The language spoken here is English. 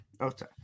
Okay